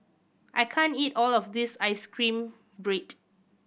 I can't eat all of this ice cream bread